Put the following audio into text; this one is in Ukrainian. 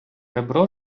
ребро